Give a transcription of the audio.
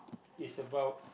is about